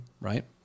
Right